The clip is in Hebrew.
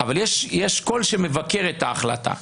אבל יש קול שמבקר את ההחלטה.